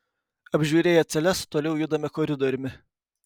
apžiūrėję celes toliau judame koridoriumi